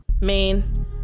Main